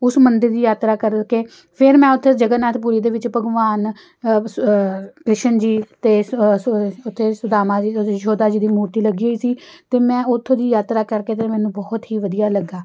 ਉਸ ਮੰਦਰ ਦੀ ਯਾਤਰਾ ਕਰਕੇ ਫਿਰ ਮੈਂ ਉੱਥੇ ਜਗਨਨਾਥ ਪੁਰੀ ਦੇ ਵਿੱਚ ਭਗਵਾਨ ਕ੍ਰਿਸ਼ਨ ਜੀ ਅਤੇ ਉੱਥੇ ਸੁਦਾਮਾ ਜੀ ਯਸ਼ੋਧਾ ਜੀ ਦੀ ਮੂਰਤੀ ਲੱਗੀ ਹੋਈ ਸੀ ਅਤੇ ਮੈਂ ਉੱਥੋਂ ਦੀ ਯਾਤਰਾ ਕਰਕੇ ਅਤੇ ਮੈਨੂੰ ਬਹੁਤ ਹੀ ਵਧੀਆ ਲੱਗਾ